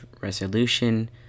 resolution